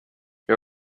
you